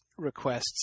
requests